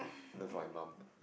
love for my mum